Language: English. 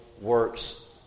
works